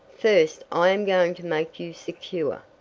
first i am going to make you secure.